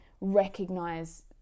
recognize